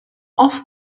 off